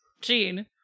Gene-